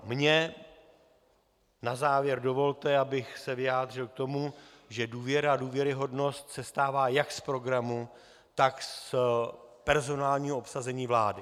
Mně na závěr dovolte, abych se vyjádřil k tomu, že důvěra, důvěryhodnost sestává jak z programu, tak z personálního obsazení vlády.